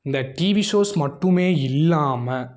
இந்த TV shows மட்டுமே இல்லாமல்